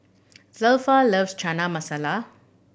Zelpha loves Chana Masala